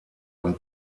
ein